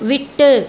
விட்டு